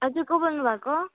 हजुर को बोल्नुभएको